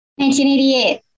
1988